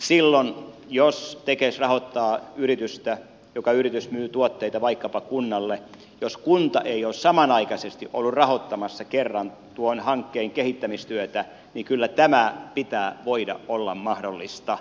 silloin jos tekes rahoittaa yritystä joka myy tuotteita vaikkapa kunnalle ja jos kunta ei ole samanaikaisesti ollut rahoittamassa kerran tuon hankkeen kehittämistyötä niin kyllä tämän pitää voida olla mahdollista